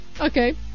Okay